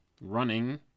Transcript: running